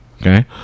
Okay